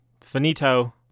Finito